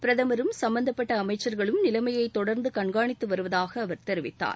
பிரதமரும் சும்பந்தப்பட்ட அமைச்சர்களும் நிலைமையை தொடர்ந்து கண்காணித்து வருவதாக அவர் தெரிவித்தார்